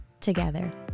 together